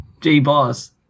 G-Boss